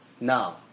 now